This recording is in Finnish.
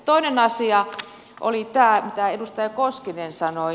toinen asia oli tämä mitä edustaja koskinen sanoi